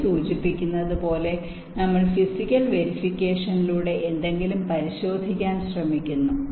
പേര് സൂചിപ്പിക്കുന്നത് പോലെ നമ്മൾ ഫിസിക്കൽ വെരിഫിക്കേഷനിലൂടെ എന്തെങ്കിലും പരിശോധിക്കാൻ ശ്രമിക്കുന്നു